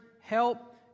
help